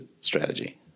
strategy